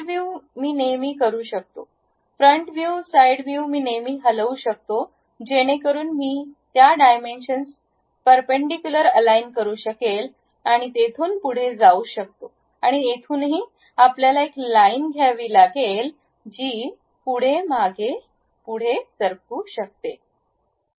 side view मी नेहमी करू शकतो फ्रंट व्ह्यू साइड व्ह्यू मी नेहमी हलवू शकतो जेणेकरून मी त्या डायमेन्शन्स परपेंडीकुलर अलाईन करू शकेल आणि तेथून पुढे जाऊ शकते आणि येथूनही आपल्याला एक लाईन घ्यावी लागेल जी पुढे मागे पुढे सरकू शकते